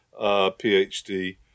PhD